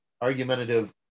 argumentative